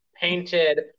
painted